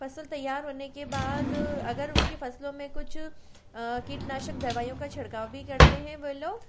फसल तैयार होने के बाद अगर उनकी फसलों में कुछ कीटनाशक दवाइयों का छिड़काव भी करते हैं वो लोग